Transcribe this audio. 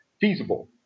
feasible